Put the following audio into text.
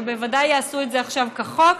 ובוודאי יעשו את זה עכשיו כחוק.